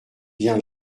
bien